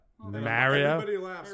Mario